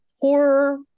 horror